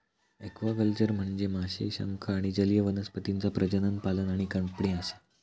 aquaculture म्हनजे माशे, शंख आणि जलीय वनस्पतींचा प्रजनन, पालन आणि कापणी असा